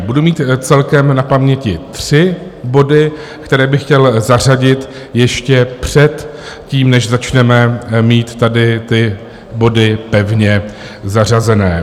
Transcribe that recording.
Budu mít celkem na paměti tři body, které bych chtěl zařadit ještě předtím, než začneme mít tady ty body pevně zařazené.